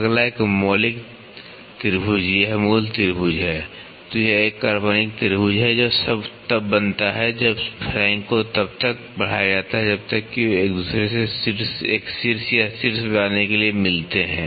अगला एक मौलिक त्रिभुज है यह मूल त्रिभुज है तो यह एक काल्पनिक त्रिभुज है जो तब बनता है जब फ्लैंक को तब तक बढ़ाया जाता है जब तक कि वे एक दूसरे से एक शीर्ष या शीर्ष बनाने के लिए मिलते हैं